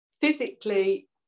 physically